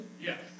Yes